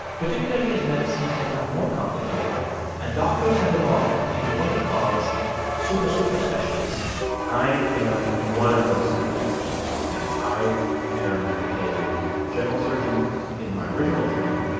particularly as medicine has become more complicated and doctors have evolved into what he calls super, super specialists i am one of those super, super specialists now. i am a general surgeon in my original training,